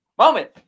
Moment